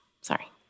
Sorry